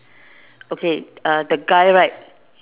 okay uh the guy right